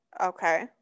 Okay